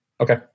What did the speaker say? Okay